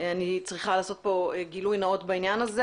אני צריכה לעשות כאן גילוי נאות בעניין הזה.